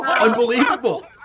Unbelievable